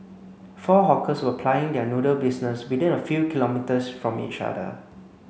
four hawkers were plying their noodle business within a few kilometres from each other